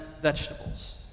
vegetables